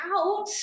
out